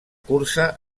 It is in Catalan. cursa